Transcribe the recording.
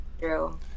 true